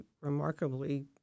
remarkably